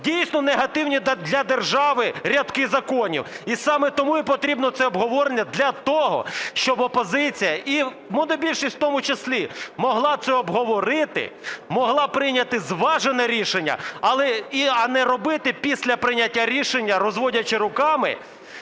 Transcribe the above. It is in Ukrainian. дійсно негативні для держави рядки законів. І саме тому і потрібно це обговорення – для того, щоб опозиція, і монобільшість в тому числі, могла це обговорити, могла прийняти зважене рішення, а не робити після прийняття рішення, розводячи руками,